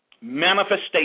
manifestation